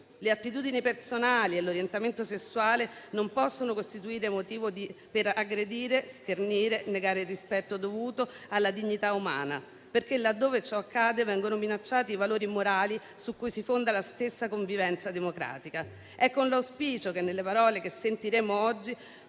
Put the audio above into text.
Le attitudini personali e l'orientamento sessuale non possono costituire motivo per aggredire, schernire, negare il rispetto dovuto alla dignità umana, perché laddove ciò accade vengono minacciati i valori morali su cui si fonda la stessa convivenza democratica. È con l'auspicio che alle parole che sentiremo oggi